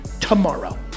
tomorrow